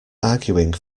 arguing